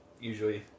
usually